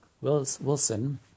Wilson